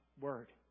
word